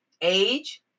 age